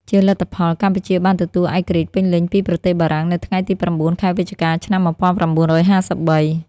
ជាលទ្ធផល កម្ពុជាបានទទួលឯករាជ្យពេញលេញពីប្រទេសបារាំងនៅថ្ងៃទី៩ ខែវិច្ឆិកា ឆ្នាំ១៩៥៣។